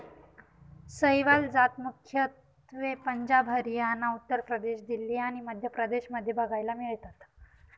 सहीवाल जात मुख्यत्वे पंजाब, हरियाणा, उत्तर प्रदेश, दिल्ली आणि मध्य प्रदेश मध्ये बघायला मिळतात